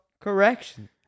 Correction